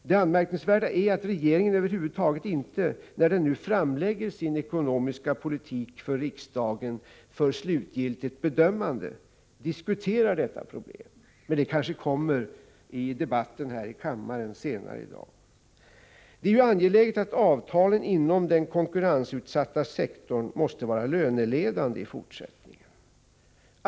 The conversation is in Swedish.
Det anmärkningsvärda är att regeringen över huvud taget inte, när den nu framlägger sin ekonomiska politik för riksdagen för slutgiltigt bedömande, diskuterar detta problem. Men det kanske kommer i debatten här i kammaren senare i dag. Det är angeläget att avtalen inom den konkurrensutsatta sektorn blir löneledande i fortsättningen.